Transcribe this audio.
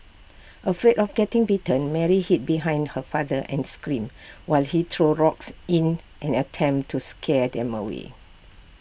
afraid of getting bitten Mary hid behind her father and screamed while he threw rocks in an attempt to scare them away